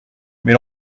mais